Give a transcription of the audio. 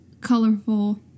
colorful